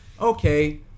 Okay